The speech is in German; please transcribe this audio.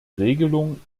regelung